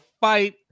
fight